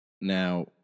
Now